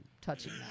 touching